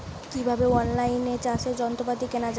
কিভাবে অন লাইনে চাষের যন্ত্রপাতি কেনা য়ায়?